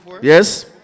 Yes